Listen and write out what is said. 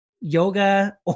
yoga